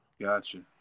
Gotcha